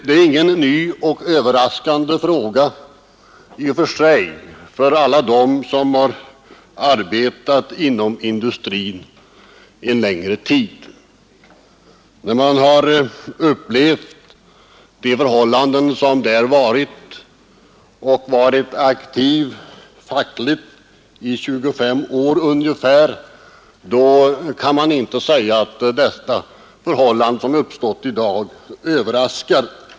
Det är i och för sig inte några nya och överraskande frågor för alla dem som har arbetat inom industrin en längre tid. När man upplevt de förhållanden som rått där och varit fackligt aktiv ungefär 25 år, kan man inte säga att den situation som uppstått i dag överraskar.